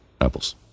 apples